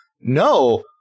No